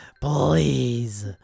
Please